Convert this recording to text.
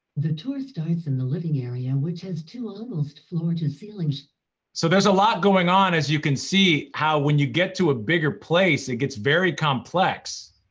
the tour starts in the living area and which has two almost floor-to-ceiling so so there's a lot going on, as you can see, how, when you get to a bigger place, it gets very complex.